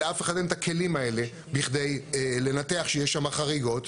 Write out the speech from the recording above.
לאף אחד אין את הכלים האלה בשביל לנתח שיש שם חריגות.